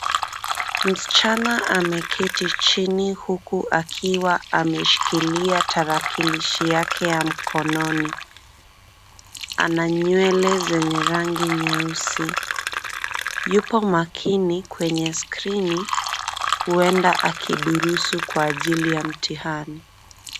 Msichana ameketi chini huku akiwa ameshikilia tarakilishi yake ya mkononi. Ana nywele zenye rangi nyeusi. Yupo makini kwenye skrini huenda akidurusu kwa ajili ya mtihani.